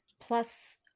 Plus